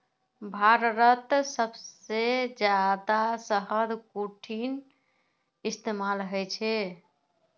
भारतत सबसे जादा शहद कुंठिन इस्तेमाल ह छे